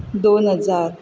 दोन हजार